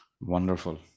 Wonderful